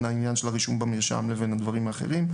העניין של הרישום במרשם לבין הדברים האחרים.